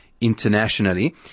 internationally